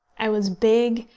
i was big,